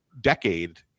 decade